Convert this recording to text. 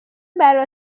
برا